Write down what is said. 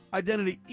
identity